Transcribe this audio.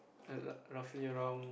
err roughly around